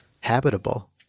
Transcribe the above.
habitable